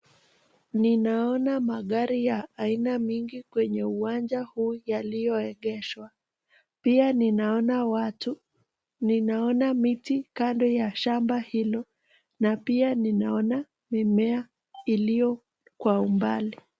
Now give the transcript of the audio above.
Ninaona magari mengi kwenye uwanja huu yaliyoegeshwa. Pia ninaona watu ninaona miti kando ya shamba hilo na pia ninaona mimea iliyo kwa umbali.